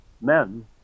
men